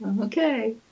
Okay